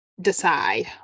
decide